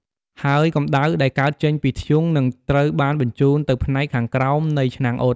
ហើយកម្ដៅដែលកើតចេញពីធ្យូងនឹងត្រូវបានបញ្ជូនទៅផ្នែកខាងក្រោមនៃឆ្នាំងអ៊ុត។